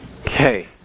Okay